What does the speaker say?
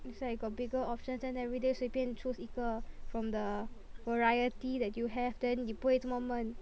it's like got bigger options then everyday 随便 choose 一个 from the variety that you have then 你不会这么闷